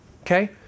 Okay